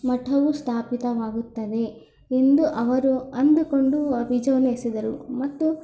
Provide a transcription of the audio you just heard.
ಮಠವು ಸ್ಥಾಪಿತವಾಗುತ್ತದೆ ಎಂದು ಅವರು ಅಂದುಕೊಂಡು ಆ ಬೀಜವನ್ನು ಎಸೆದರು ಮತ್ತು